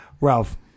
Ralph